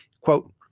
Quote